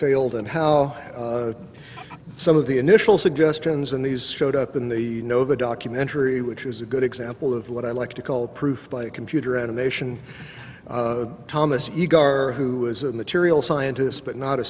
failed and how some of the initial suggestions and these showed up in the know the documentary which was a good example of what i like to call proof by a computer animation thomas gar who was a materials scientist but not a